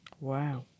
Wow